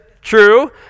true